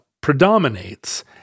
predominates